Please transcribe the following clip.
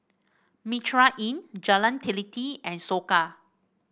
Mitraa Inn Jalan Teliti and Soka